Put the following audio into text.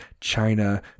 China